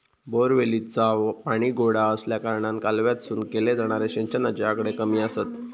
बोअरवेलीचा पाणी गोडा आसल्याकारणान कालव्यातसून केले जाणारे सिंचनाचे आकडे कमी आसत